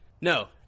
No